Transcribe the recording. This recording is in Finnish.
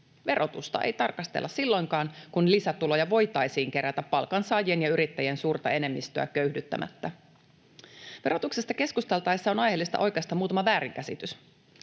Verotusta ei tarkastella silloinkaan, kun lisätuloja voitaisiin kerätä palkansaajien ja yrittäjien suurta enemmistöä köyhdyttämättä. Verotuksesta keskusteltaessa on aiheellista oikaista muutama väärinkäsitys.